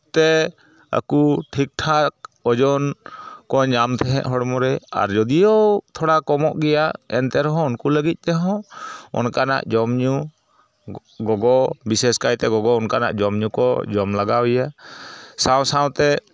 ᱛᱮ ᱟᱠᱚ ᱴᱷᱤᱠᱼᱴᱷᱟᱠ ᱳᱡᱚᱱ ᱠᱚ ᱧᱟᱢ ᱛᱟᱦᱮᱸᱫ ᱦᱚᱲᱢᱚ ᱨᱮ ᱟᱨ ᱡᱳᱫᱤᱭᱳ ᱛᱷᱚᱲᱟ ᱠᱚᱢᱚᱜ ᱜᱮᱭᱟ ᱮᱱᱛᱮ ᱨᱮᱦᱚᱸ ᱩᱱᱠᱩ ᱞᱟᱹᱜᱤᱫ ᱛᱮᱦᱚᱸ ᱚᱱᱠᱟᱱᱟᱜ ᱡᱚᱢ ᱧᱩ ᱜᱚᱜᱚ ᱵᱤᱥᱮᱥ ᱠᱟᱭᱛᱮ ᱜᱚᱜᱚ ᱚᱱᱠᱟᱱᱟᱜ ᱡᱚᱢ ᱧᱩ ᱠᱚ ᱡᱚᱢ ᱞᱟᱜᱟᱣᱮᱭᱟ ᱥᱟᱶ ᱥᱟᱶ ᱛᱮ